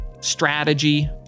strategy